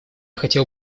хотел